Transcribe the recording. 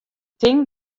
tink